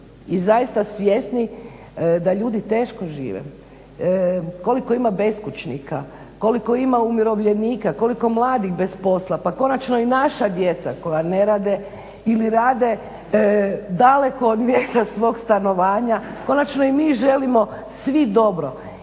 i zaista svjesni da ljudi teško žive. Koliko ima beskućnika? Koliko ima umirovljenika? Koliko mladih bez posla? Pa konačno i naša djeca koja ne rade ili rade daleko od mjesta svog stanovanja, konačno i mi želimo svi dobro.